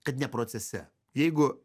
kad ne procese jeigu